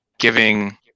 giving